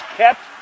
kept